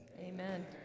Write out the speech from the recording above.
Amen